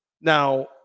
Now –